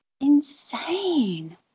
insane